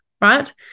right